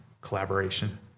collaboration